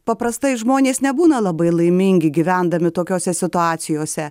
paprastai žmonės nebūna labai laimingi gyvendami tokiose situacijose